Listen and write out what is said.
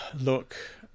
Look